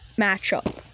matchup